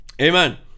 amen